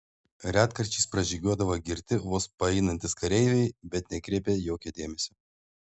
retkarčiais pražygiuodavo girti vos paeinantys kareiviai bet nekreipią jokio dėmesio